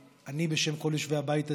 אני, בשם כל יושבי הבית הזה,